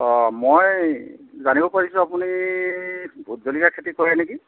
অঁ মই জানিব পাৰিছোঁ আপুনি ভোট জলকীয়াৰ খেতি কৰে নেকি